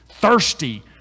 thirsty